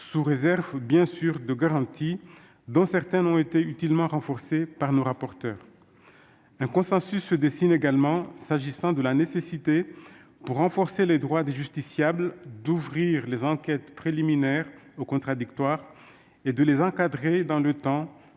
sous réserve bien sûr de garanties, dont certaines ont été utilement renforcées par nos rapporteurs. Un consensus se dessine également quant à la nécessité, pour renforcer les droits des justiciables, d'ouvrir les enquêtes préliminaires au principe du contradictoire et de les encadrer dans le temps,